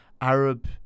Arab